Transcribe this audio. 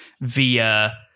via